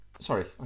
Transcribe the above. Sorry